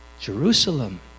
Jerusalem